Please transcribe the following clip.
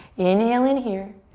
inhale in here.